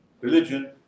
religion